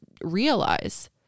realize